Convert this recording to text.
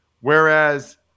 Whereas